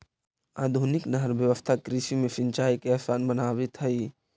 आधुनिक नहर व्यवस्था कृषि में सिंचाई के आसान बनावित हइ